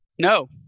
No